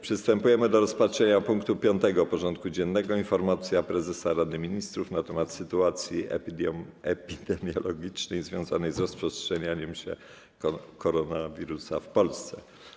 Przystępujemy do rozpatrzenia punktu 5. porządku dziennego: Informacja Prezesa Rady Ministrów nt. sytuacji epidemiologicznej związanej z rozprzestrzenianiem się koronawirusa w Polsce.